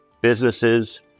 businesses